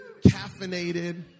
caffeinated